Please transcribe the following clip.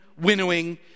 winnowing